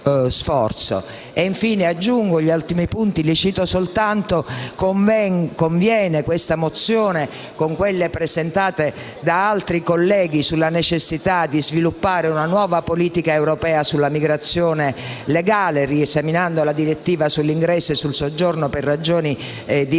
Infine, aggiungo gli altri punti, che mi limito a citare. La mozione in esame conviene con quelle presentate da altri colleghi sulla necessità di sviluppare una nuova politica europea sulla migrazione legale, riesaminando la direttiva sull'ingresso e sul soggiorno per ragioni di